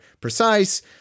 precise